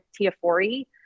Tiafori